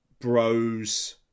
Bros